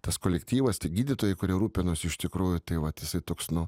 tas kolektyvas tie gydytojai kurie rūpinosi iš tikrųjų tai vat jisai toks nu